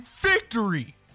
victory